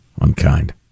unkind